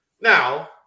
Now